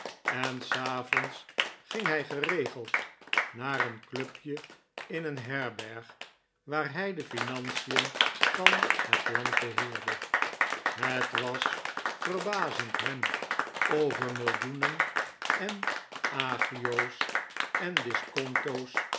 en s avonds ging hij geregeld naar een clubje in een herberg waar hij de financien van het land beheerde het was verbazend hem over millioenen en agio's en